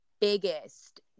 biggest